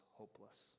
hopeless